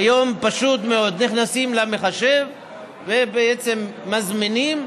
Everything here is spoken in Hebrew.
והיום, פשוט מאוד, נכנסים למחשב ובעצם מזמינים.